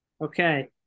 okay